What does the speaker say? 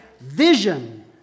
vision